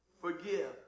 Forgive